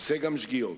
עושה גם שגיאות.